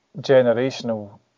generational